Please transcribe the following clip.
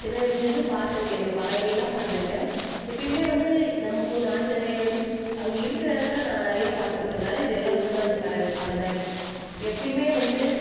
சின்ன வயசுலேருந்து பார்த்துருக்கேன் இந்த பறவைகள்லாம் பார்த்துருக்கேன் எப்பயுமே வந்து நம்ம நாட்டில வந்து சுத் அங்கே இருக்கிற இடத்துல நான் நிறையா பார்த்துருக்கறதுனால இது எல்லாம் உள்நாட்டு பறவைகளாகதான் இருக்கும் எப்பயுமே வந்து